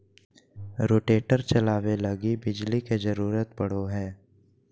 rotator चलावे लगी बिजली के जरूरत पड़ो हय